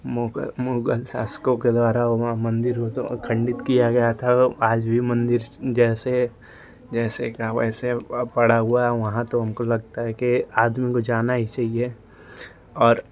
मुगल मुगल शासकों के द्वारा वहाँ मन्दिर वह तो खण्डित किया गया था आज भी मन्दिर जैसे जैसे का वैसे पड़ा हुआ है वहाँ तो हमको लगता है कि आदमी को जाना ही चाहिए और